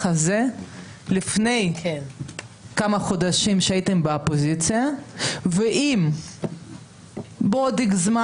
כזה לפני כמה חודשים עת הייתם באופוזיציה ואם בעוד זמן